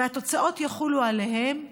והתוצאות יחולו עליהם ועלינו.